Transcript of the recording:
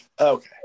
Okay